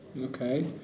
Okay